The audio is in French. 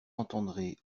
entendrez